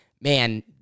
man